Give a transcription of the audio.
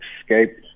escape